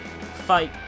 Fight